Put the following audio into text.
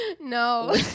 No